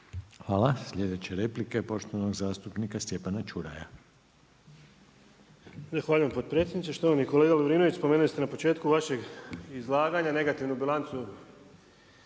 Hvala. Sljedeća replika je poštovanog zastupnika Stjepana Čuraja. **Čuraj, Stjepan (HNS)** Zahvaljujem potpredsjedniče. Štovani kolega Lovrinović, spomenuli ste na početku vašeg izlaganja negativnu bilancu